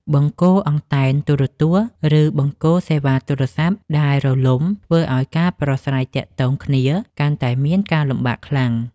បង្គោលអង់តែនទូរទស្សន៍ ឬបង្គោលសេវាទូរស័ព្ទដែលរលំធ្វើឱ្យការប្រស្រ័យទាក់ទងគ្នាកាន់តែមានការលំបាកខ្លាំង។